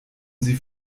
sie